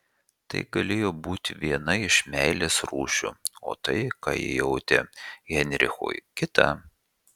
tai galėjo būti viena iš meilės rūšių o tai ką ji jautė heinrichui kita